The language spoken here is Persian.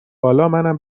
بالامنم